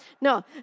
No